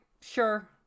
sure